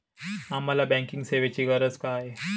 आम्हाला बँकिंग सेवेची गरज का आहे?